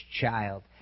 child